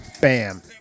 Bam